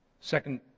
Second